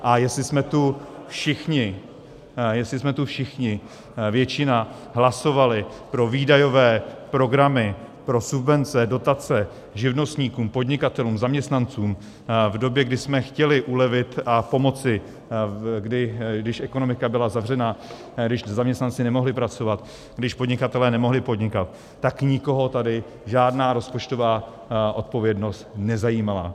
A jestli jsme tu všichni, většina hlasovali pro výdajové programy, pro subvence, dotace živnostníkům, podnikatelům, zaměstnancům v době, kdy jsme chtěli ulevit a pomoci, když ekonomika byla zavřená, když zaměstnanci nemohli pracovat, když podnikatelé nemohli podnikat, tak nikoho tady žádná rozpočtová odpovědnost nezajímala.